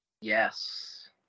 yes